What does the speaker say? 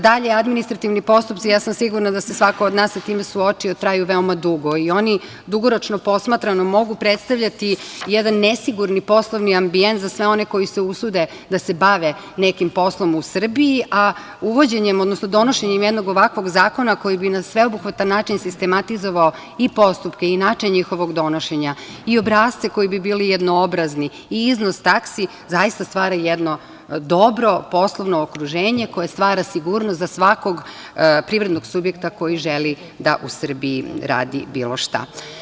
Dalje, administrativni postupci, sigurna sam da se svako od nas sa time suočio, traju veoma dugo i oni dugoročno posmatrano mogu predstavljati jedan nesigurni poslovni ambijent za sve one koji se usude da se bave nekim poslom u Srbiji, a uvođenjem, odnosno donošenjem jednog ovakvog zakona, koji bi na sveobuhvatan način sistematizovao i postupke i način njihovog donošenja i obrasce koji bi bili jednoobrazni i iznos taksi, zaista stvara jedno dobro poslovno okruženje, koje stvara sigurnost za svakog privrednog subjekta koji želi da u Srbiji radi bilo šta.